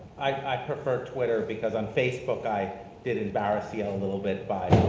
i prefer twitter because on facebook i did embarrass yale a little bit by,